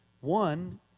One